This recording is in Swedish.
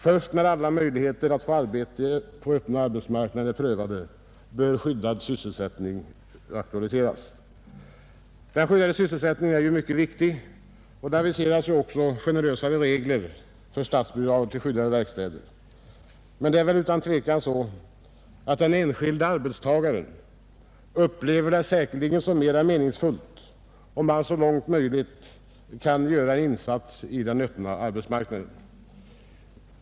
Först när alla möjligheter att få arbete på den öppna arbetsmarknaden är prövade bör sysselsättning i skyddat arbete aktualiseras.” Den skyddade sysselsättningen är viktig, och det aviseras också generösare regler för statsbidrag till skyddade verkstäder, men den enskilde arbetstagaren upplever det säkerligen som allra mest meningsfullt att så långt möjligt kunna göra en insats på den öppna arbetsmarknaden.